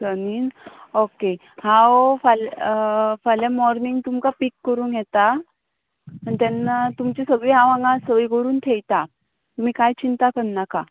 Sanil okay हांव फाल फाल्यां मॉर्नींग तुमकां पीक करूंक येता आनी तेन्ना तुमची सगळी हांव हांगा सोय करून थेयता तुमी कांय चिंता कर नाका